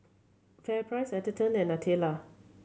FairPrice Atherton and Nutella